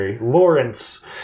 lawrence